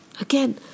Again